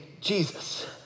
Jesus